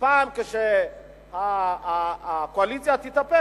פעם כשהקואליציה תתהפך,